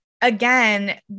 again